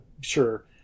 Sure